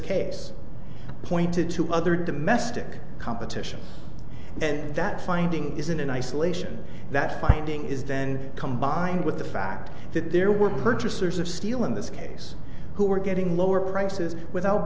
case pointed to other domestic competition and that finding isn't in isolation that finding is then combined with the fact that there were purchasers of steel in this case who were getting lower prices without